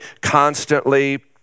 constantly